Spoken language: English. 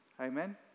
Amen